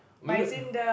won't it